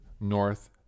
north